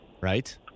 right